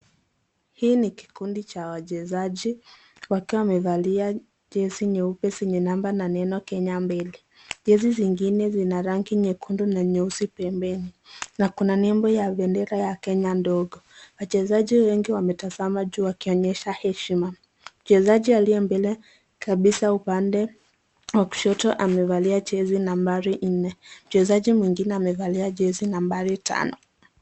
Hii ni kikundi cha wachezaji wakiwa wamevalia jezi nyeupe na yenye neno Kenya mbele. Jezi zingine zina rangi nyekundu na nyeusi pembeni na kuna nyembo ya bendera ya Kenya ndogo. Wachezaji wengi wametazama juu wakionyesha heshima. Mchezaji aliye mbele kabisa upande wa kushoto amevalia jezi nambari nne. Mchezaji mwingine amevalia jezi nambari tano.